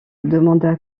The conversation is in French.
demanda